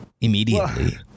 immediately